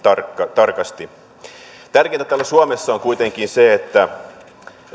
tarkasti tärkeintä täällä suomessa on kuitenkin se että